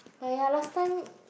but ya last time